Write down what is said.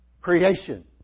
Creation